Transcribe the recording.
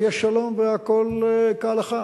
יהיה שלום והכול כהלכה,